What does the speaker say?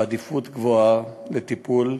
בעדיפות גבוהה לטיפול,